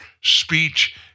speech